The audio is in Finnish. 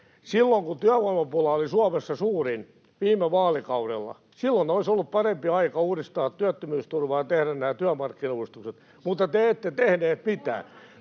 silloin kun työvoimapula oli Suomessa suurin, viime vaalikaudella, olisi ollut parempi aika uudistaa työttömyysturva ja tehdä nämä työmarkkinauudistukset. Mutta te ette tehneet mitään.